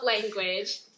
language